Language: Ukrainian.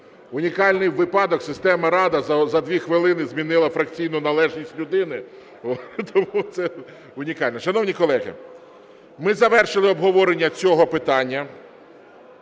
Унікальний випадок: система "Рада" за дві хвилини змінила фракційну належність людини. Тому це унікально. Шановні колеги, ми завершили обговорення цього питання,